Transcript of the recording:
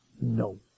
No